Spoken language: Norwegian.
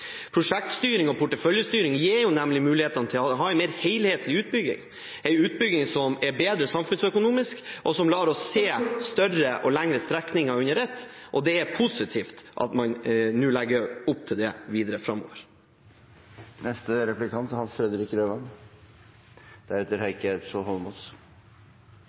Prosjektstyring og porteføljestyring gir mulighetene til å ha en mer helhetlig utbygging – en utbygging som er bedre samfunnsøkonomisk sett, og som lar oss se større og lengre strekninger under ett. Det er positivt at man nå legger opp til det videre framover.